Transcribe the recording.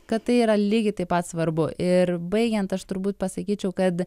kad tai yra lygiai taip pat svarbu ir baigiant aš turbūt pasakyčiau kad